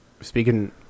speaking